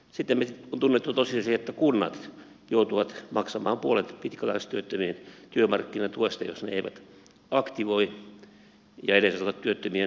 sitten on tunnettu tosiasia että kunnat joutuvat maksamaan puolet pitkäaikaistyöttömien työmarkkinatuesta jos ne eivät aktivoi ja edesauta työttömien työllistämistä